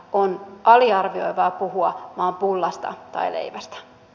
on aliarvioivaa puhua vain pullasta tai leivästä